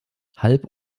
halb